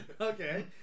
Okay